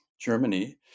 Germany